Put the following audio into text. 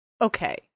okay